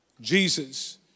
Jesus